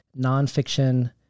nonfiction